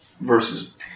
versus